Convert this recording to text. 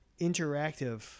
interactive